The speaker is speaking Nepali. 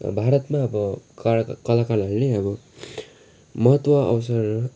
भारतमा अब कला कलाकारहरू नै अब महत्त्व अवसर